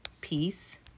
peace